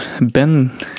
Ben